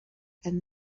and